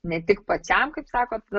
ne tik pačiam kaip sakot